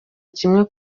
kimwe